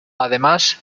además